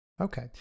Okay